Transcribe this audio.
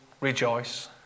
rejoice